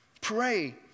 Pray